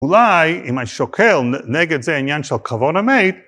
אולי אם אני שוקל נגד זה עניין של כבוד המת.